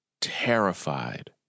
terrified